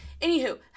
anywho